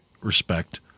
respect